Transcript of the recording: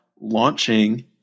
launching